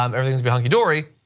um everything will be hunky-dory,